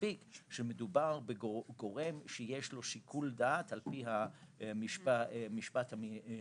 מספיק שמדובר בגורם שיש לו שיקול דעת על פי המשפט המינהלי